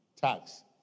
tax